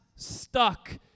stuck